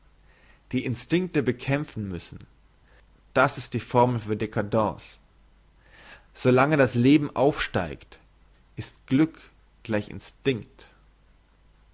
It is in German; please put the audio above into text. die instinkte bekämpfen müssen das ist die formel für dcadence so lange das leben aufsteigt ist glück gleich instinkt